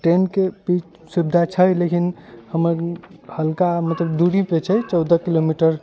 train के भी सुविधा छै लेकिन हमर हल्का मतलब दूरी पर छै चौदह किलोमीटर